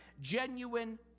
genuine